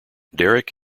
derek